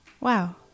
wow